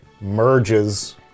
merges